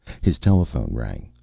his telephone rang.